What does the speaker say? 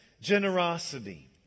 generosity